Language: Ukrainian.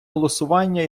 голосування